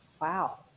Wow